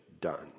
done